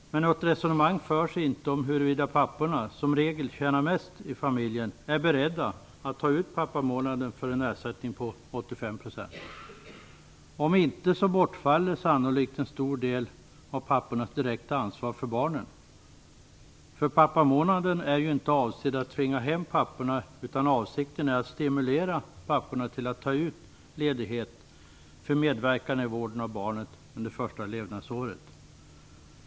Men något resonemang förs inte om huruvida papporna, vilka som regel tjänar mest i familjen, är beredda att ta ut pappamånaden för en ersättning om 85 %. Om inte bortfaller sannolikt en stor del av pappornas direkta ansvar för barnen. Pappamånaden är ju inte avsedd att tvinga hem papporna, utan avsikten är att stimulera papporna till att ta ut ledighet för medverkan i vården av barnet under det första levnadsåret.